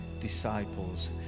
disciples